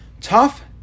tough